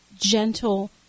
gentle